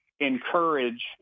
encourage